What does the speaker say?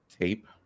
tape